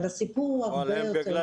אבל הסיפור הוא הרבה יותר גדול --- בגלל